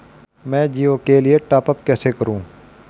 मैं जिओ के लिए टॉप अप कैसे करूँ?